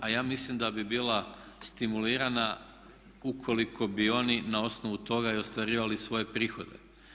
A ja mislim da bi bila stimulirana ukoliko bi oni na osnovu toga i ostvarivali svoje prihode.